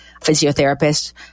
physiotherapist